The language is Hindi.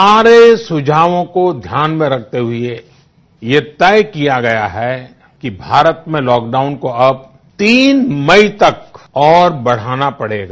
सारे सुझावों को ध्यान में रखते हुए ये तय किया गया है कि भारत में लॉकबाउन को अब तीन मई तक और बढ़ाना पड़ेगा